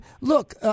look